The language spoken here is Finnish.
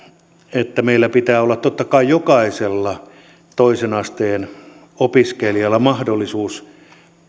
että meillä pitää olla totta kai jokaisella toisen asteen opiskelijalla mahdollisuus